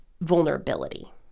vulnerability